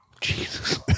Jesus